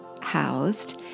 housed